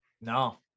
No